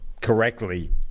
correctly